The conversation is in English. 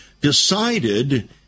decided